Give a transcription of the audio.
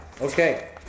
Okay